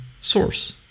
source